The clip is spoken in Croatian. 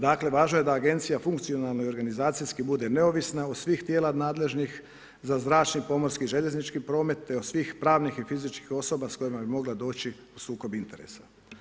Dakle važno je da agencija funkcionalno i organizacijski bude neovisna uz svih tijela nadležnih za zračni, pomorski i željeznički promet te od svih pravnih i fizičkih osoba s kojima bi mogla doći u sukob interesa.